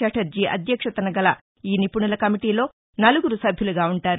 ఛటర్షీ అధ్యక్షతన గల ఈ నిపుణుల కమిటీలో నలుగురు సభ్యులుగా ఉంటారు